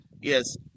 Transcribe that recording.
yes